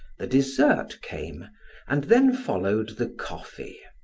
the dessert came and then followed the coffee.